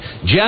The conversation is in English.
Jeff